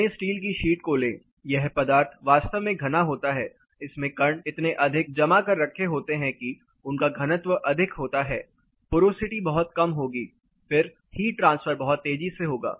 घने स्टील की शीट को लें यह पदार्थ वास्तव में घना होता है इसमें कण इतने अधिक जमा कर रखे होते हैं कि उनका घनत्व अधिक होता है पोरोसिटी बहुत कम होगी फिर हीट ट्रांसफर बहुत तेजी से होगा